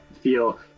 feel